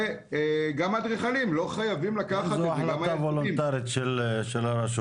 וגם האדריכלים לא חייבים -- זו החלטה וולונטרית של הרשות.